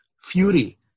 fury